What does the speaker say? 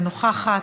אינה נוכחת,